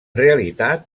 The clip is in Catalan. realitat